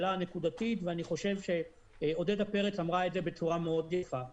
הנקודתית ואני חושב שעודדה פרץ אמרה את זה בצורה מאוד יפה.